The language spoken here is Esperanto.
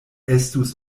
estus